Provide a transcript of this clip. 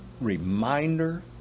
reminder